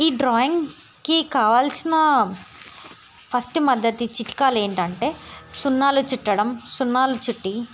ఈ డ్రాయింగ్కి కావాల్సిన ఫస్ట్ మద్దతు ఈ చిట్కాలు ఏంటంటే సున్నాలు చుట్టడం సున్నాలు చుట్టి